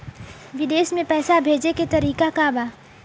विदेश में पैसा भेजे के तरीका का बा?